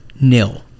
nil